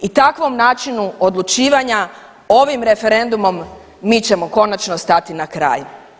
I takvom načinu odlučivanja ovim referendumom mi ćemo konačno stati na kraj.